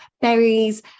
berries